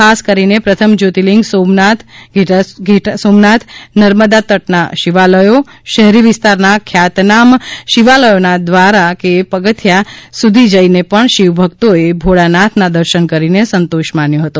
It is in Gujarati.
ખાસ કરીને પ્રથમ જ્યોતીલીંગ સોમનાથ ઘેલા સોમનાથ નર્મદા તટના શિવાલયો શહેરી વિસ્તારોના ખ્યાતનામ શિવાલયોના દ્વારા કે પગથિયા સુધી જઇને પણ શિવભકતોએ ભોળાનાથના દર્શન કરીને સંતોષ માન્યો હતો